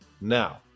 Now